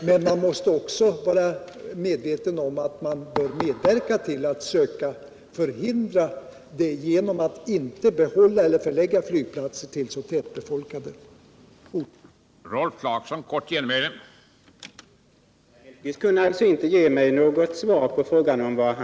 Men man måste också medverka till att förhindra olyckor genom att inte förlägga flygplatser till så tätbefolkade orter.